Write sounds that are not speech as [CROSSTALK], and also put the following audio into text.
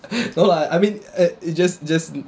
[LAUGHS] no lah I mean uh it just just